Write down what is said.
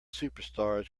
superstars